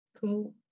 Cool